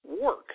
work